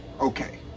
okay